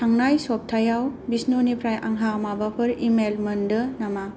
थांनाय सब्थायाव बिस्नुनिफ्राय आंहा माबाफोर इमैल मोन्दों नामा